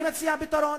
אני מציע פתרון: